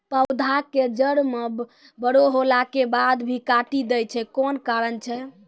पौधा के जड़ म बड़ो होला के बाद भी काटी दै छै कोन कारण छै?